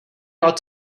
ought